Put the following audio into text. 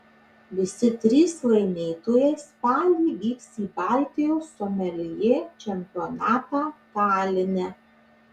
visi trys laimėtojai spalį vyks į baltijos someljė čempionatą taline